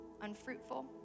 unfruitful